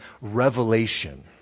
revelation